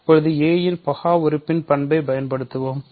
இப்போது a இன் பகா உறுப்பின் பண்பை பயன்படுத்துவோம்